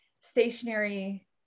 stationary